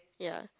ya